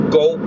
go